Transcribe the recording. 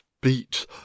beat